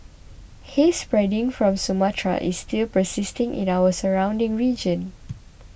haze spreading from Sumatra is still persisting in our surrounding region